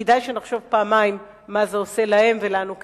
כדאי שנחשוב פעמיים מה זה עושה להם ולנו כחברה.